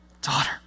daughter